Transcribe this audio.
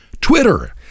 Twitter